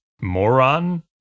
moron